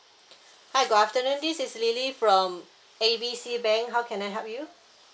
hi good afternoon this is lily from A B C bank how can I help you